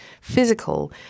physical